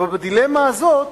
אבל בדילמה הזאת